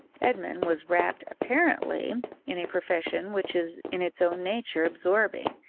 edmund was wrapt apparently in a profession which is in its own nature absorbing,